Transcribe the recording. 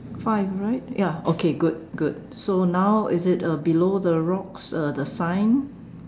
five right ya okay good good so now is it uh below the rocks uh the sign